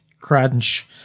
crunch